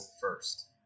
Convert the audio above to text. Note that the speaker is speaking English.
first